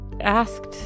asked